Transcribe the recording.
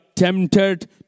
Tempted